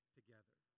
together